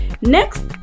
Next